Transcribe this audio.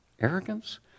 Arrogance